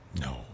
No